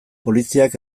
poliziak